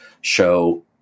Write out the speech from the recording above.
show